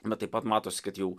bet taip pat matos kad jau